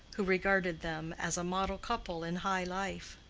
who regarded them as a model couple in high life.